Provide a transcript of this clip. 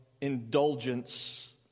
indulgence